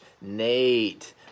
Nate